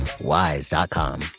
wise.com